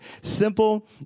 Simple